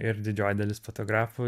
ir didžioji dalis fotografų